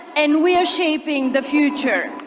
and we are shaping the future.